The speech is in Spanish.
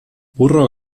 burro